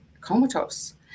comatose